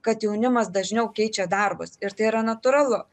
kad jaunimas dažniau keičia darbus ir tai yra natūralu